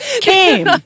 came